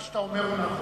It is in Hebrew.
מה שאתה אומר הוא נכון.